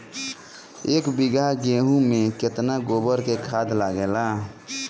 एक बीगहा गेहूं में केतना गोबर के खाद लागेला?